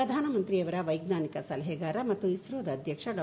ಪ್ರಧಾನಮಂತ್ರಿಯವರ ವೈಜ್ಞಾನಿಕ ಸಲಹೆಗಾರ ಮತ್ತು ಇಸ್ರೋದ ಅಧ್ಯಕ್ಷ ಡಾ